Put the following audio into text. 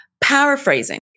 Paraphrasing